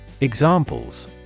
Examples